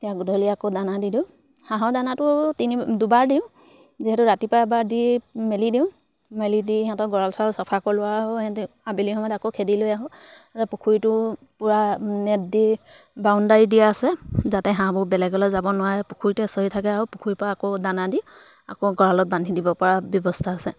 এতিয়া গধূলি আকৌ দানা দি দিওঁ হাঁহৰ দানাটো তিনি দুবাৰ দিওঁ যিহেতু ৰাতিপুৱা এবাৰ দি মেলি দিওঁ মেলি দি সিহঁতৰ গঁৰাল চৰাল চাফা কৰিলো আৰু হয় সিহঁতে আবেলি সময়ত আকৌ খেদি লৈ আহোঁ তাতে পুখুৰীটো পূৰা নেট দি বাউণ্ডেৰী দি আছে যাতে হাঁহবোৰ বেলেগলৈ যাব নোৱাৰে পুখুৰীতে চৰি থাকে আৰু পুখুৰী পৰা আকৌ দানা দি আকৌ গঁৰালত বান্ধি দিব পৰা ব্যৱস্থা আছে